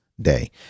day